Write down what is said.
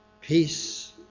peace